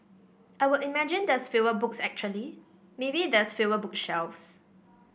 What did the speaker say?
I would imagine there's fewer books actually maybe there's fewer book shelves